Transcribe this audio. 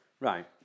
Right